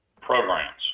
programs